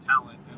talent